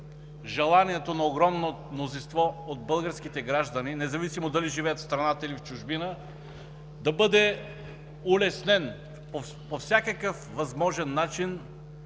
желанието на огромно мнозинство от българските граждани, независимо дали живеят в страната или в чужбина, техният избор да бъде улеснен по всякакъв възможен начин.